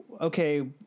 okay